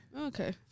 Okay